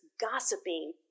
gossiping